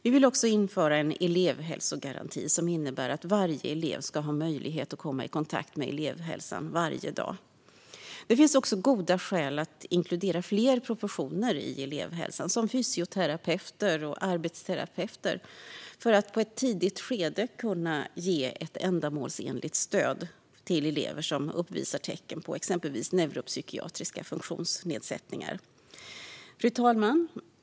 Vi vill också införa en elevhälsogaranti som innebär att varje elev ska ha möjlighet att komma i kontakt med elevhälsan varje dag. Det finns också goda skäl att inkludera fler proportioner i elevhälsan, till exempel fysioterapeuter och arbetsterapeuter, för att i ett tidigt skede kunna ge ett ändamålsenligt stöd till elever som uppvisar tecken på exempelvis neuropsykiatriska funktionsnedsättningar. Fru talman!